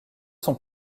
sont